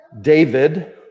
David